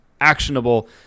actionable